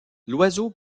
l’oiseau